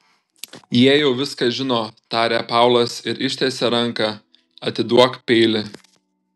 jie jau viską žino tarė paulas ir ištiesė ranką atiduok peilį